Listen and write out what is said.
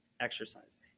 exercise